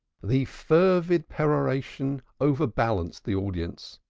the fervid peroration overbalanced the audience,